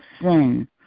sin